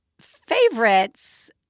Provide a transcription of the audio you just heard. favorites